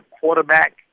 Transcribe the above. quarterback